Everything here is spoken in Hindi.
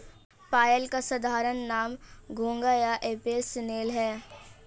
पाइला का साधारण नाम घोंघा या एप्पल स्नेल है